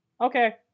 okay